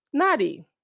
Nadi